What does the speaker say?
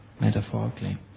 metaphorically